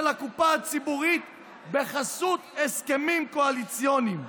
הקופה הציבורית בחסות הסכמים קואליציוניים.